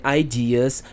ideas